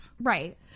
right